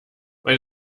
weil